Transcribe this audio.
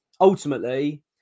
ultimately